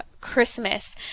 christmas